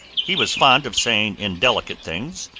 he was fond of saying indelicate things,